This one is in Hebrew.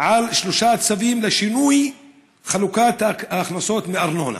על שלושה צווים לשינוי חלוקת ההכנסות מארנונה.